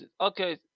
Okay